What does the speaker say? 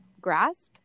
grasp